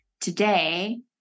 today